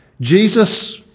Jesus